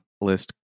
list